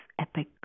epic